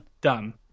Done